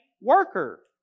worker